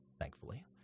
thankfully